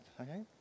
Okay